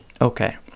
Okay